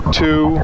two